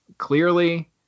clearly